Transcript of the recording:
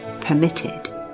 permitted